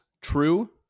true